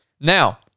Now